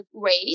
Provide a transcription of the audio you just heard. great